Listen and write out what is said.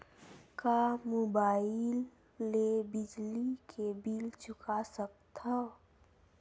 का मुबाइल ले बिजली के बिल चुका सकथव?